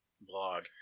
blog